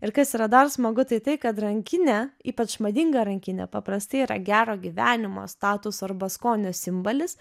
ir kas yra dar smagu tai tai kad rankinė ypač madinga rankinė paprastai yra gero gyvenimo statuso arba skonio simbolis